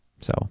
so-